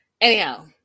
Anyhow